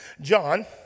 John